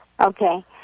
Okay